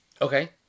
Okay